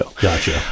Gotcha